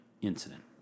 incident